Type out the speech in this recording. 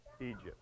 Egypt